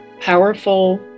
powerful